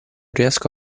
riesco